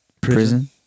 prison